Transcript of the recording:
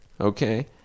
okay